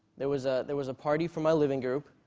there was ah there was a party for my living group.